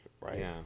Right